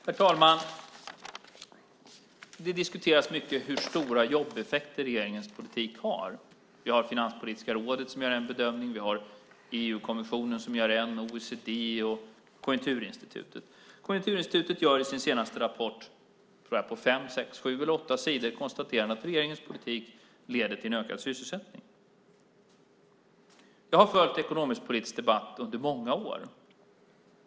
Herr talman! Det diskuteras mycket hur stora jobbeffekter regeringens politik har. Finanspolitiska rådet gör en bedömning. Vi har EU-kommissionen, OECD och Konjunkturinstitutet som gör bedömningar. Konjunkturinstitutet gör i sin senaste rapport - på fem, sex, sju eller åtta sidor - konstaterandet att regeringens politik leder till ökad sysselsättning. Jag har följt ekonomisk-politisk debatt under många år.